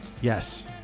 Yes